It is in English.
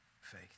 faith